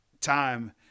time